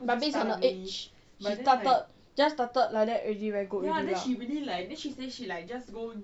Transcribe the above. but based on her age she started just started like that already very good already lah